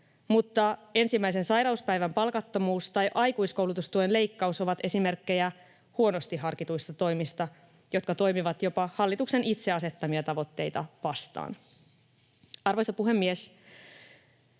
mutta ensimmäisen sairauspäivän palkattomuus ja aikuiskoulutustuen leikkaus ovat esimerkkejä huonosti harkituista toimista, jotka toimivat jopa hallituksen itse asettamia tavoitteita vastaan. Arvoisa puhemies!